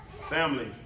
Family